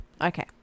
Okay